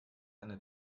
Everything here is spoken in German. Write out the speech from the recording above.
eine